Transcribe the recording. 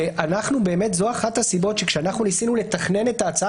זו אחת הסיבות שכשאנחנו ניסינו לתכנן את ההצעה